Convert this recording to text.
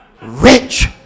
rich